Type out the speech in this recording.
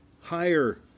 higher